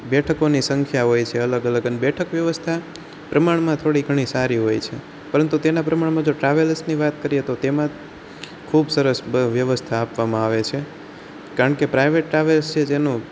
બેઠકોની સંખ્યા હોય છે અલગ અલગ બેઠક વ્યવસ્થા પ્રમાણમાં થોડી ઘણી સારી હોય છે પરંતુ તેના પ્રમાણમાં જો ટ્રાવેલર્સની વાત કરીએ તો તેમાં ખૂબ સરસ વ્યવસ્થા આપવામાં આવે છે કારણકે પ્રાઇવેટ ટ્રાવેલ્સ છે જેનું